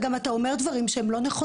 אתה גם אומר דברים שהם לא נכונים.